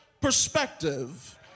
perspective